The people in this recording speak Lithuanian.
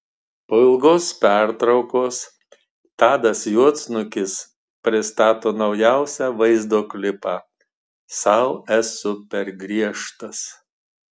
po ilgos pertraukos tadas juodsnukis pristato naujausią vaizdo klipą sau esu per griežtas